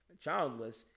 childless